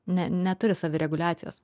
ne neturi savireguliacijos